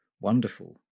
wonderful